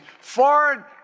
foreign